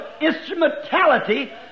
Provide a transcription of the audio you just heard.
instrumentality